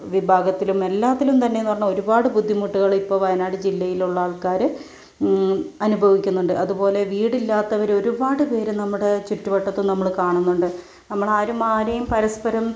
വിഭാഗത്തിലും എല്ലാത്തിലും തന്നെയെന്നു പറഞ്ഞാൽ ഒരുപാട് ബുദ്ധിമുട്ടുകൾ ഇപ്പോൾ വയനാട് ജില്ലയിലുള്ള ആൾക്കാർ അനുഭവിക്കുന്നുണ്ട് അതുപോലെ വീടില്ലാത്തവർ ഒരുപാട് പേര് നമ്മുടെ ചുറ്റുവട്ടത്ത് നമ്മൾ കാണുന്നുണ്ട് നമ്മളാരും ആരെയും പരസ്പരം